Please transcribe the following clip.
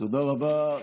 תודה רבה.